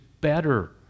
better